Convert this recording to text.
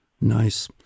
Nice